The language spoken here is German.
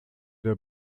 der